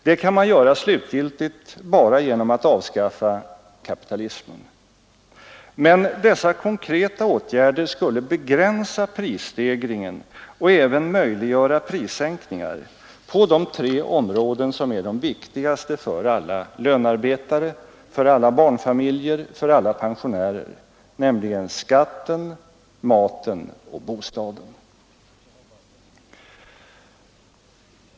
Det kan man göra definitivt endast genom att avskaffa kapitalismen. Men dessa konkreta åtgärder skulle begränsa prisstegringen och även möjliggöra prissänkningar på tre områden som är de viktigaste för alla lönearbetare, för alla barnfamiljer, för alla pensionärer, nämligen skatten, maten och bostaden.